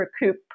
recoup